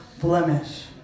blemish